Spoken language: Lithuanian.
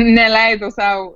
neleidau sau